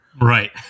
Right